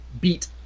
beat